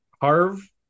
Harv